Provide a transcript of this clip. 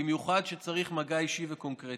במיוחד כשצריך מגע אישי וקונקרטי.